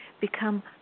become